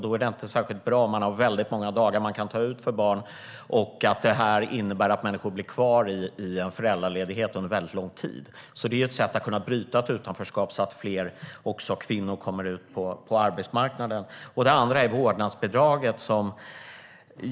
Då är det inte särskilt bra om det finns många dagar att ta ut för barnen, vilket innebär att människor blir kvar i föräldraledighet under lång tid. Det är ett sätt att bryta ett utanförskap så att fler, också kvinnor, kommer ut på arbetsmarknaden. Vidare finns vårdnadsbidraget.